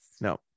No